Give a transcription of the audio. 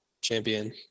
champion